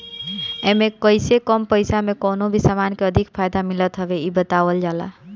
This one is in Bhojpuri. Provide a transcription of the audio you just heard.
एमे कइसे कम पईसा में कवनो भी समान के अधिक फायदा मिलत हवे इ बतावल जाला